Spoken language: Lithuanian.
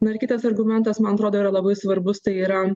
dar kitas argumentas man atrodo yra labai svarbus tai yra